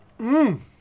Mmm